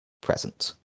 present